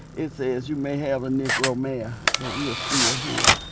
it says, you may have a negro mayor, but we are still here